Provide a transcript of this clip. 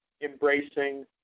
embracing